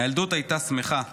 הילדות הייתה שמחה.